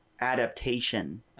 adaptation